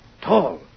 Tall